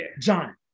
John